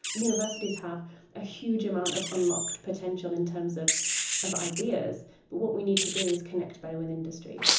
universities have a huge amount of unlocked potential in terms of of ideas, but what we need to do is connect better with industry.